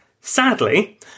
Sadly